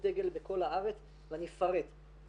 כאן צריך המון אומץ ואנחנו מבינות את זה אבל קורה כאן משהו.